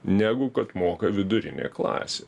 negu kad moka vidurinė klasė